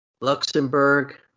Luxembourg